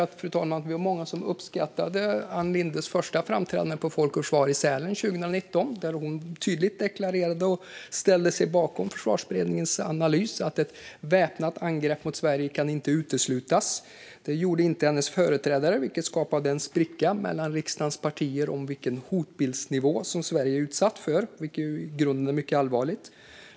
Jag tror att det var många som uppskattade Ann Lindes första framträdande på Folk och Försvar i Sälen 2019, där hon tydligt deklarerade och ställde sig bakom Försvarsberedningens analys att ett väpnat angrepp mot Sverige inte kan uteslutas. Det gjorde inte hennes företrädare, vilket skapade en spricka mellan riksdagens partier om vilken hotbildsnivå som Sverige är utsatt för, vilket i grunden är mycket allvarligt.